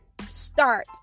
Start